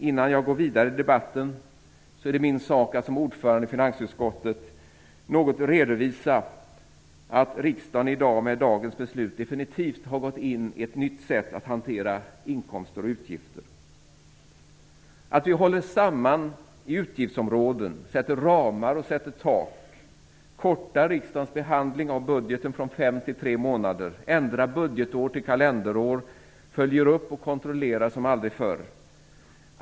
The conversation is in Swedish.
Innan jag går vidare i debatten är det min sak att som ordförande i finansutskottet något redovisa att riksdagen i dag med dagens beslut definitivt har gått in i ett nytt sätt att hantera inkomster och utgifter. Vi håller samman utgiftsområden, sätter ramar och sätter tak, kortar riksdagens behandling av budgeten från fem till tre månader, ändrar budgetår till kalenderår, följer upp och kontrollerar som aldrig förr.